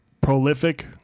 prolific